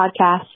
podcast